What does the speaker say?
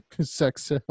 sex